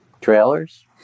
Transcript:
Trailers